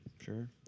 Sure